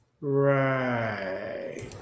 Right